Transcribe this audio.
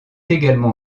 également